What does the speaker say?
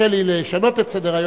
קשה לי לשנות את סדר-היום,